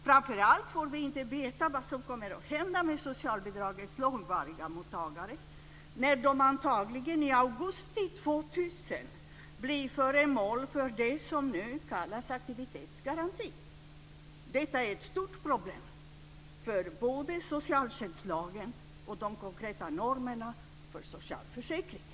Framför allt får vi inte veta vad som kommer att hända med socialbidragens långvariga mottagare när de antagligen i augusti år 2000 blir föremål för det som nu kallas aktivitetsgaranti. Detta är ett stort problem för både socialtjänstlagen och de konkreta normerna för socialförsäkringar.